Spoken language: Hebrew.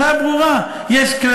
תוציא